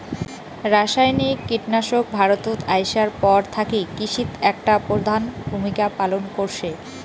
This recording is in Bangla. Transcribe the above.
রাসায়নিক কীটনাশক ভারতত আইসার পর থাকি কৃষিত একটা প্রধান ভূমিকা পালন করসে